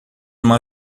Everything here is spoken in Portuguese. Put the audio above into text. uma